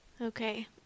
Okay